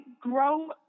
grow